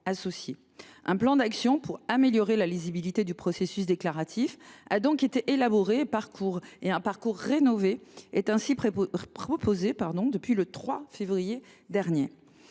Un plan d’action pour améliorer la lisibilité du processus déclaratif a donc été élaboré et un parcours rénové est proposé depuis le 3 février dernier.